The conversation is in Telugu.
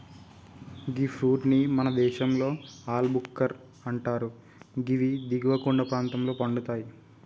గీ ఫ్రూట్ ని మన దేశంలో ఆల్ భుక్కర్ అంటరు గివి దిగువ కొండ ప్రాంతంలో పండుతయి